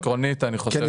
עקרונית אני חושב שזה מהקרן.